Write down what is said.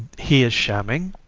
he is shamming